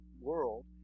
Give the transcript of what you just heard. world